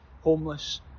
homeless